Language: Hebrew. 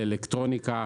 לאלקטרוניקה,